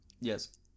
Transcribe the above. yes